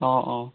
অঁ অঁ